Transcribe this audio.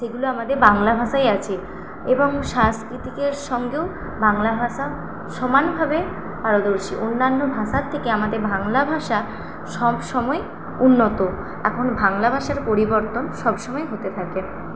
সেগুলো আমাদের বাংলা ভাষায় আছে এবং সাংস্কৃতিকের সঙ্গেও বাংলা ভাষা সমানভাবে পারদর্শী অন্যান্য ভাষার থেকে আমাদের বাংলা ভাষা সবসময় উন্নত এখন বাংলা ভাষার পরিবর্তন সবসময় হতে থাকে